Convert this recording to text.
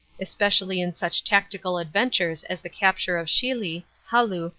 especially in such tactical adventures as the capture of chilly, hahu,